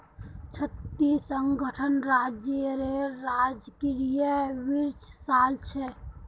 छत्तीसगढ़ राज्येर राजकीय वृक्ष साल छे